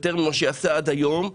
יותר ממה שהיא עשתה עד היום.